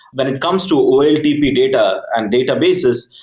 when it comes to oltp data and databases,